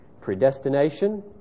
Predestination